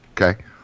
Okay